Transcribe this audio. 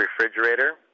refrigerator